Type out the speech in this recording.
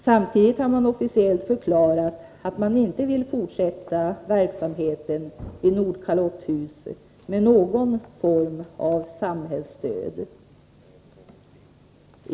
Samtidigt har man officiellt förklarat att man inte vill fortsätta verksamheten i Nordkalotthuset med någon form av samhällsstöd.